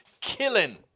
killing